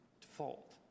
default